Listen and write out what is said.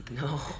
No